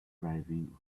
driving